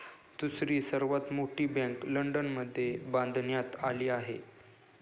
दुसरी सर्वात मोठी बँक लंडनमध्ये बांधण्यात आली आहे